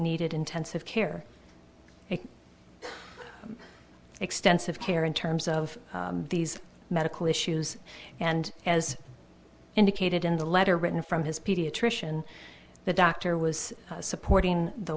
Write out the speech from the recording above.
needed intensive care and extensive care in terms of these medical issues and as indicated in the letter written from his pediatrician the doctor was supporting the